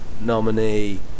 nominee